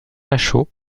lachaud